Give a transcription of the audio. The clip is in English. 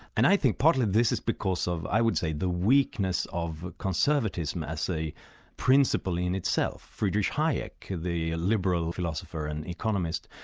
and i think partly this is because i would say, the weakness of conservatism as a principle in itself. friedrich hayek, the liberal philosopher and economist,